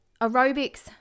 aerobics